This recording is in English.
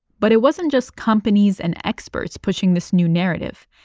but it wasn't just companies and experts pushing this new narrative.